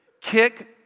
kick